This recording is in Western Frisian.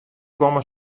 komme